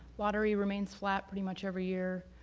watery remains flat pretty much every year.